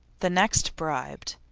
the next bribed,